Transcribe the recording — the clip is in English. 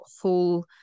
full